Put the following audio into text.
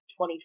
2020